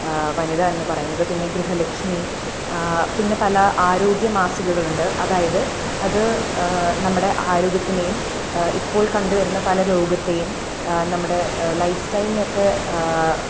വനിത എന്ന് പറയുന്നത് പിന്നെ ഗൃഹലക്ഷ്മി പിന്നെ പല ആരോഗ്യമാസികകൾ ഉണ്ട് അതായത് അത് നമ്മുടെ ആരോഗ്യത്തിനെയും ഇപ്പോൾ കണ്ടുവരുന്ന പല രോഗത്തെയും നമ്മുടെ ലൈഫ് സ്റ്റൈൽനെ ഒക്കെ